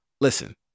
Listen